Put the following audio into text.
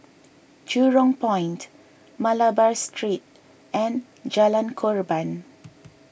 Jurong Point Malabar Street and Jalan Korban